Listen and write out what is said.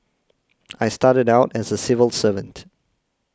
I started out as a civil servant